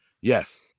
Yes